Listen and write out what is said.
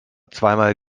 zweimal